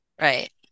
Right